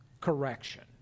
correction